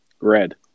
Red